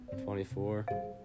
24